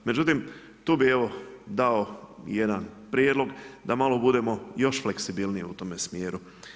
Međutim, tu bi evo dao jedan prijedlog da malo budemo još fleksibilniji u tome smjeru.